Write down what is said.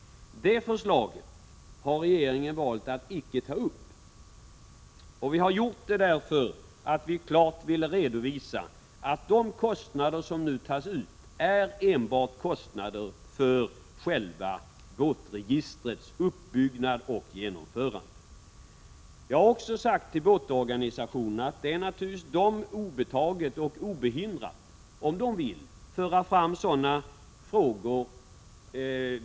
Det förslaget har emellertid regeringen valt att icke ta upp, och det har vi gjort därför att vi vill klart redovisa att det som nu tas ut enbart är till för kostnaderna för själva båtregistrets uppbyggnad och genomförande. Jag har också sagt till båtorganisationerna att det naturligtvis är dem obetaget om de vill föra fram sådana frågor.